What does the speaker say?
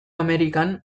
amerikan